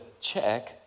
check